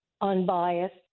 unbiased